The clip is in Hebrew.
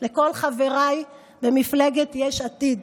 לכל חבריי במפלגת יש עתיד,